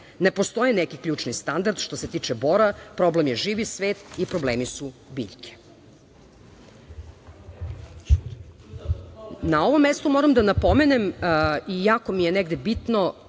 Ne postoji neki ključni standard što se tiče bora, problem je živi svet i problemi su biljke. Na ovom mestu moram da napomenem i jako mi je negde bitno